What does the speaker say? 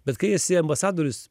bet kai esi ambasadorius